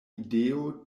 ideo